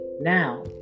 Now